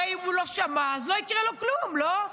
הרי אם הוא לא שמע, אז לא יקרה לו כלום, לא?